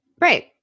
right